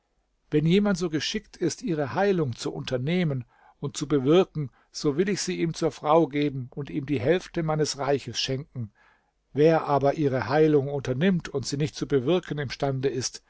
wenn jemand so geschickt ist ihre heilung zu unternehmen und zu bewirken so will ich sie ihm zur frau geben und ihm die hälfte meines reiches schenken wer aber ihre heilung unternimmt und sie nicht zu bewirken imstande ist